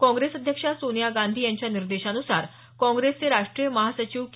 काँग्रेस अध्यक्षा सोनिया गांधी यांच्या निर्देशान्सार काँग्रेसचे राष्ट्रीय महासचिव के